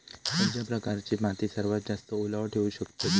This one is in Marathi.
खयच्या प्रकारची माती सर्वात जास्त ओलावा ठेवू शकतली?